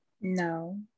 No